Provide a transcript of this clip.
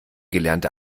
gelernte